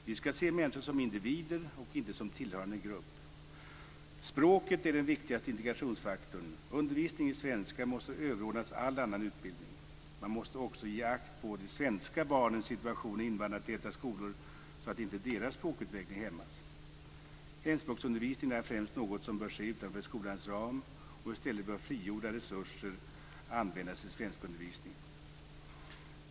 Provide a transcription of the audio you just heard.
Vi skall se människor som individer och inte som tillhörande en grupp. Språket är den viktigaste integrationsfaktorn. Undervisning i svenska måste överordnas all annan utbildning. Man måste också ge akt på de svenska barnens situation i invandrartäta skolor så att inte deras språkutveckling hämmas. Hemspråksundervisningen är främst något som bör ske utanför skolans ram, och i stället bör frigjorda resurser användas i svenskundervisningen.